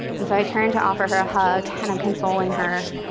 and so i turn to offer her a hug, and i'm consoling her.